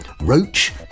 Roach